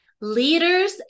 Leaders